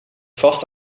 vast